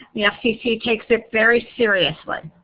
the ah fcc takes it very seriously.